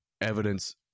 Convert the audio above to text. evidence